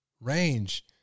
range